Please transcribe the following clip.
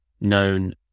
known